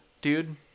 dude